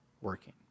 working